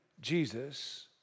Jesus